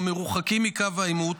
המרוחקים מקו העימות,